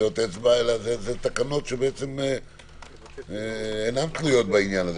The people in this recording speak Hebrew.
אלה תקנות שאינן תלויות בעניין.